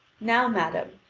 now, madame,